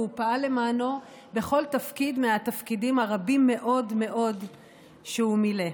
והוא פעל למענו בכל תפקיד מהתפקידים הרבים מאוד מאוד שהוא מילא.